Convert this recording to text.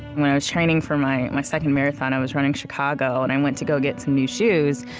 when i was training for my my second marathon i was running chicago and i went to go get some new shoes.